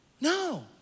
No